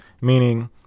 meaning